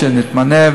כשנתמנה,